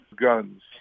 guns